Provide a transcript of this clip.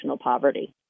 poverty